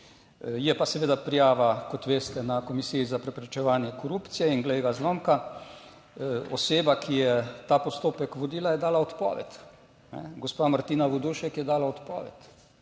Je pa seveda prijava, kot veste, na Komisiji za preprečevanje korupcije in glej ga zlomka, oseba, ki je ta postopek vodila, je dala odpoved, gospa Martina Vodušek je dala odpoved.